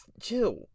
chill